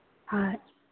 ꯍꯣꯏ